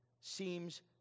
seems